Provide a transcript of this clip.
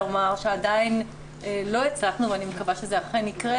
שעדיין לא הצלחנו ואני מקווה שזה אכן יקרה,